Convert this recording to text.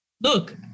Look